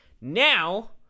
Now